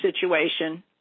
situation